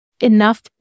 enough